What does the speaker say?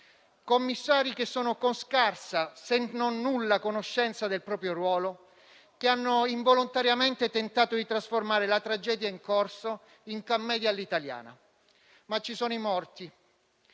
commissari con scarsa, se non nulla, conoscenza del proprio ruolo, che hanno involontariamente tentato di trasformare la tragedia in corso in commedia all'italiana. Ci sono i morti,